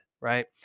right